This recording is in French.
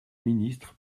ministre